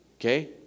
Okay